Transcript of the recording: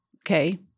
okay